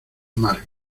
más